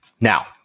Now